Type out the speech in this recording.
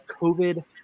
COVID